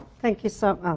thank you so oh.